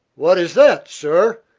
what is that, sir?